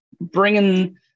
bringing